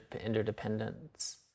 interdependence